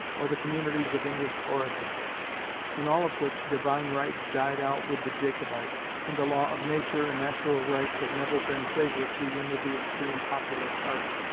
or the communities of english origin in all of which, divine right died out with the jacobites, and the law of nature and natural rights have never been favourites even with the extreme popular party,